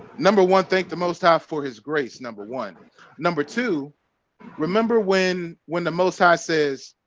number one thank the most high for his grace number one number two remember when when the most high says?